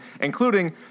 including